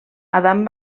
adam